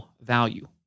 value